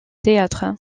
théâtre